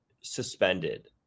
suspended